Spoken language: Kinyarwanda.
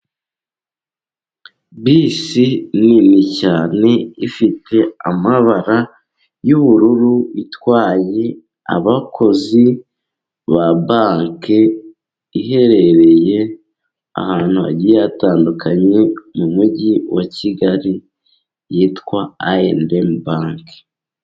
Bisi nini cyane ifite amabara y'ubururu itwaye abakozi ba bake, iherereye ahantu hagiye hatandukanye mu mujyi wa Kigali, yitwa ayi endi emu bake.